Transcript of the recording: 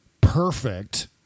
perfect